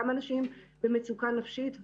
גם אנשים במצוקה נפשית.